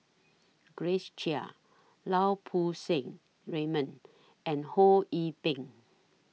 Grace Chia Lau Poo Seng Raymond and Ho Yee Ping